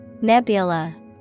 Nebula